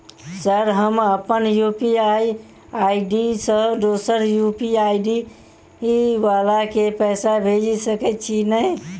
Sir हम अप्पन UPI ID सँ दोसर यु.पी.आई आई.डी वला केँ पैसा भेजि सकै छी नै?